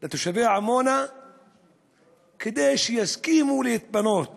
לתושבי עמונה כדי שיסכימו להתפנות